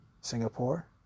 Singapore